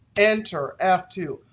enter f two,